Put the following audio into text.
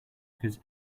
because